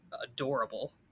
adorable